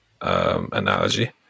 analogy